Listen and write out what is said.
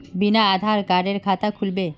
बिना आधार कार्डेर खाता खुल बे?